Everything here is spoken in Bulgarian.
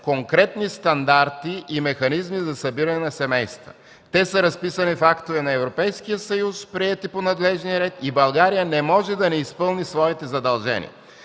конкретни стандарти и механизми за събиране на семейства. Те са разписани в актове на Европейския съюз, приети по надлежния ред, и България не може да не изпълни своите задължения.